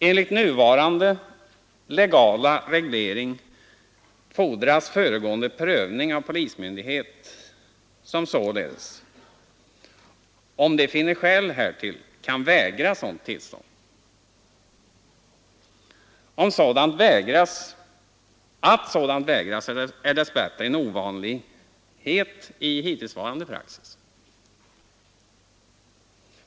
Enligt nuvarande legala reglering fordras föregående prövning av polismyndighet som således, om den finner skäl härtill, kan vägra sådant tillstånd. Att tillstånd vägras är dess bättre en ovanlighet i hittillsvarande praxis.